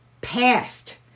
past